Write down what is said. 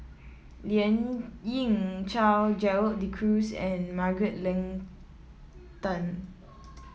Lien Ying Chow Gerald De Cruz and Margaret Leng Tan